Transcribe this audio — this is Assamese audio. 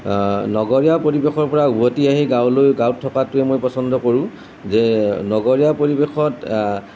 নগৰীয়া পৰিৱেশৰ পৰা উভটি আহি গাঁৱলৈ গাঁৱত থকাটোৱে মই পচন্দ কৰোঁ যে নগৰীয়া পৰিৱেশত